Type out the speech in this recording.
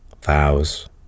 Vows